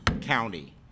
county